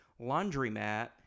laundromat